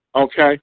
okay